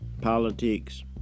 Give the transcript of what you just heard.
politics